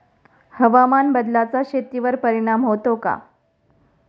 हवामान बदलाचा शेतीवर परिणाम होतो का?